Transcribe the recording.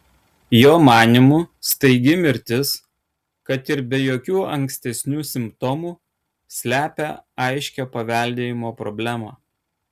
jo manymu staigi mirtis kad ir be jokių ankstesnių simptomų slepia aiškią paveldėjimo problemą